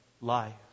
life